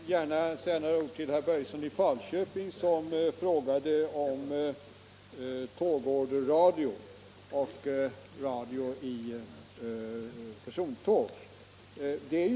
Herr talman! Jag vill gärna säga några ord till herr Börjesson i Falköping, som frågade om tågorderradio och radio i persontåg.